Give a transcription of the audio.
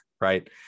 Right